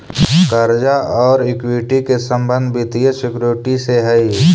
कर्जा औउर इक्विटी के संबंध वित्तीय सिक्योरिटी से हई